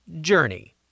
journey